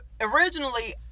Originally